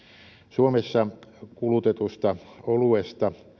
suomessa kulutetusta oluesta